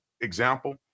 example